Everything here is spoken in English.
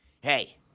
Hey